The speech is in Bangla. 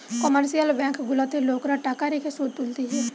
কমার্শিয়াল ব্যাঙ্ক গুলাতে লোকরা টাকা রেখে শুধ তুলতিছে